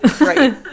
right